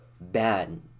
bad